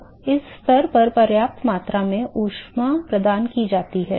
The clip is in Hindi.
अब इस स्तर पर पर्याप्त मात्रा में ऊष्मा प्रदान की जाती है